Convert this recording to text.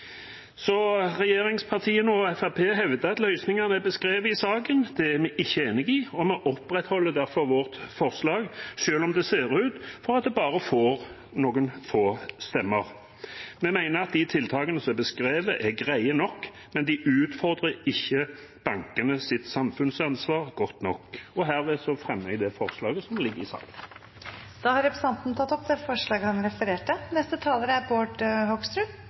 Regjeringspartiene og Fremskrittspartiet hevder at løsningene er beskrevet i saken. Det er vi ikke enig i, og vi opprettholder derfor vårt forslag selv om det ser ut til at det får bare noen få stemmer. Vi mener at de tiltakene som er beskrevet, er greie nok, men de utfordrer ikke bankenes samfunnsansvar godt nok. Herved fremmer jeg Arbeiderpartiets forslag i saken. Representanten Øystein Langholm Hansen har tatt opp det forslaget han refererte til. Det er